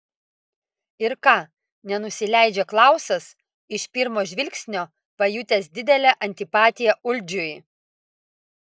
ir ką nenusileidžia klausas iš pirmo žvilgsnio pajutęs didelę antipatiją uldžiui